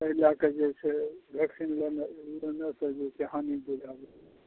एहि लए कए जे छै भैक्सीन लेनाय लेने छलियै की हम जिन्दा